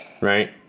right